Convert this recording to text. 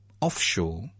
offshore